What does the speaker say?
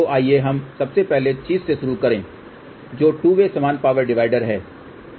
तो आइए हम सबसे सरल चीज़ से शुरू करें जो टू वे समान पावर डीवाइडर है